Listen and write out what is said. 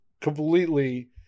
completely